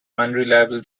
unreliable